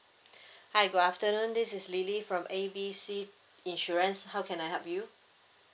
hi good afternoon this is lily from A B C insurance how can I help you